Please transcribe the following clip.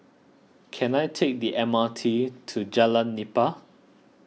can I take the M R T to Jalan Nipah